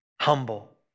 humble